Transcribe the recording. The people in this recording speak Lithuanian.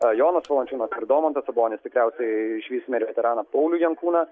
a jonas valančiūnas ir domantas sabonis tikriausiai išvysime ir veteraną paulių jankūną